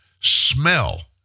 smell